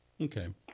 Okay